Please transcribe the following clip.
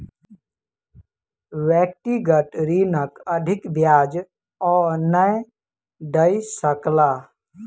व्यक्तिगत ऋणक अधिक ब्याज ओ नै दय सकला